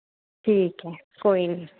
ठीक ऐ कोई निं